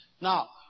Now